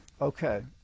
Okay